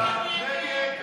רוברט אילטוב,